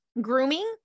grooming